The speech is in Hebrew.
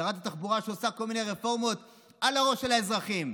שרת התחבורה עושה כל מיני רפורמות על הראש של האזרחים,